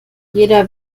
jeder